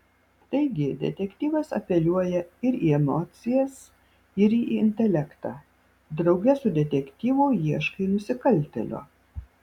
taigi detektyvas apeliuoja ir į emocijas ir į intelektą drauge su detektyvu ieškai nusikaltėlio